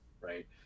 right